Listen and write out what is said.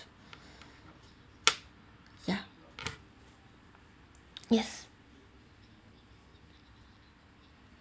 ya yes